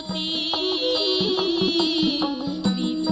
e